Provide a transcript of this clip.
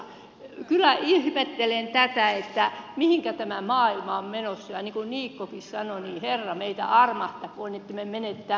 kyllä ihmettelen tätä että mihinkä tämä maailma on menossa ja niin kuin niikkokin sanoi niin herra meitä armahtakoon että emme mene tämmöiseen villitykseen